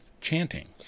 chanting